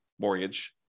mortgage